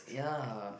ya